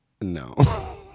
No